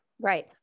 right